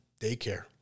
daycare